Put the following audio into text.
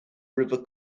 river